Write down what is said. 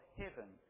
heaven